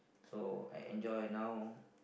so I enjoy now